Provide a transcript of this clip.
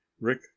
Rick